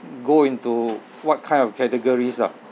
go into what kind of categories ah